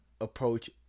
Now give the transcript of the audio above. approach